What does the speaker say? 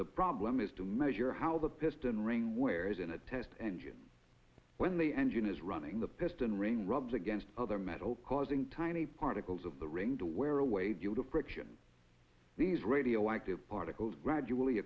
the problem is to measure how the piston ring where is in a test engine when the engine is running the piston ring rubs against other metal causing tiny particles of the ring to wear away due to friction these radioactive particles gradually